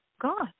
God